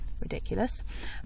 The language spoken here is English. ridiculous